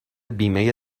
بیمه